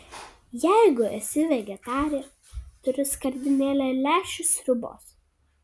jeigu esi vegetarė turiu skardinėlę lęšių sriubos